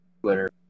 Twitter